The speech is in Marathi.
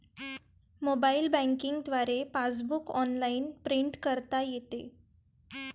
मोबाईल बँकिंग द्वारे पासबुक ऑनलाइन प्रिंट करता येते